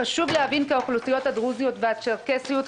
חשוב להבין כי האוכלוסיות הדרוזיות והצ'רקסיות,